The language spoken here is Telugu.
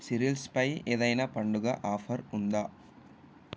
సిరిల్స్పై ఏదైనా పండుగ ఆఫర్ ఉందా